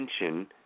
attention